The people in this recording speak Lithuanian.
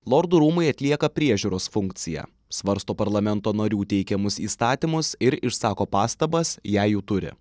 lordų rūmai atlieka priežiūros funkciją svarsto parlamento narių teikiamus įstatymus ir išsako pastabas jei jų turi